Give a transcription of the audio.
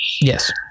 Yes